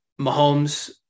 Mahomes